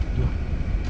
betul